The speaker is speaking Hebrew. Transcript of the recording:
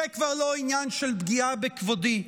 זה כבר לא עניין של פגיעה בכבודי.